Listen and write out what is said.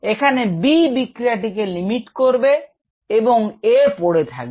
এখানে B বিক্রিয়াটিকে limit করবে এবংA পড়ে থাকবে